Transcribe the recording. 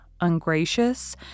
ungracious